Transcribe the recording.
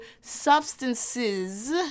substances